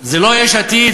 זה לא יש עתיד.